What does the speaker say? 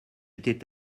était